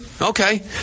Okay